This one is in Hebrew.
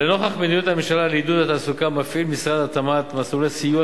לנוכח מדיניות הממשלה לעידוד התעסוקה מפעיל משרד התמ"ת מסלולי סיוע